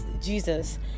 Jesus